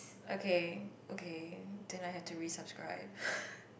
okay okay then I have to resubscribe